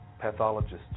pathologist's